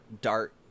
dart